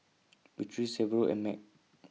Beatriz Severo and Meg